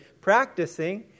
practicing